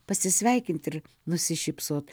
pasisveikinti ir nusišypsot